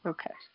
Okay